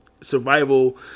survival